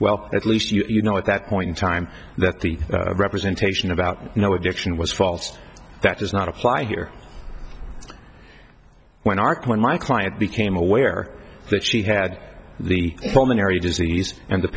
well at least you know at that point in time that the representation about you know addiction was false that does not apply here when arc when my client became aware that she had the voluntary disease and the